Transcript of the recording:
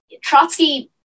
Trotsky